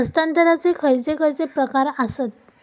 हस्तांतराचे खयचे खयचे प्रकार आसत?